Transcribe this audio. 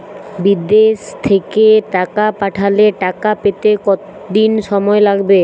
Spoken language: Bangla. বিদেশ থেকে টাকা পাঠালে টাকা পেতে কদিন সময় লাগবে?